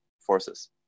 forces